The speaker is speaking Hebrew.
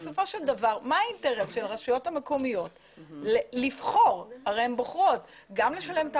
כפו על הרשויות המקומיות בכל התערבות ממשלתית,